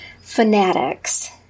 fanatics